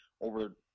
over